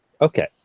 Okay